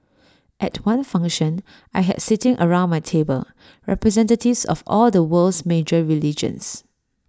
at one function I had sitting around my table representatives of all the world's major religions